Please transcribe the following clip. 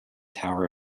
tower